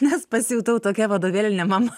nes pasijutau tokia vadovėlinė mama